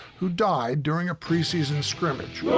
who died during preseason so criminalage.